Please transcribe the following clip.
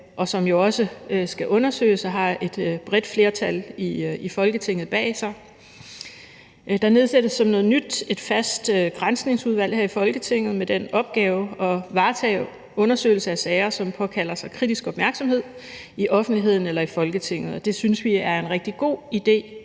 som jo også skal undersøges, og det har et bredt flertal i Folketinget bag sig. Der nedsættes som noget nyt et fast Granskningsudvalg her i Folketinget med den opgave at varetage undersøgelse af sager, som påkalder sig kritisk opmærksomhed i offentligheden eller i Folketinget, og det synes vi i SF er en rigtig god idé.